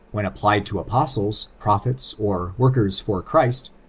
when applied to apostles, prophets, or workers for christ,